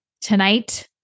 Tonight